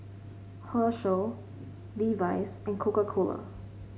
Herschel Levi's and Coca Cola